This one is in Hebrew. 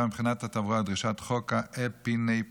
מבחינת התברואה ודרישות חוק האפינפרין,